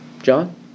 John